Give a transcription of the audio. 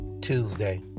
Tuesday